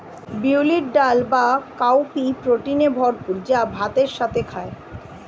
বিউলির ডাল বা কাউপি প্রোটিনে ভরপুর যা ভাতের সাথে খায়